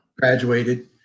Graduated